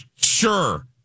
sure